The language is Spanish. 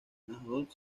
náhuatl